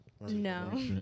no